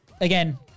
again